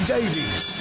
Davies